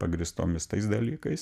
pagrįstomis tais dalykais